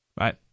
right